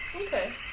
Okay